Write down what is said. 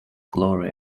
glory